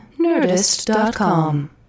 nerdist.com